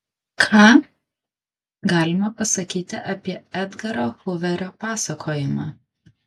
ką galima pasakyti apie edgaro huverio pasakojimą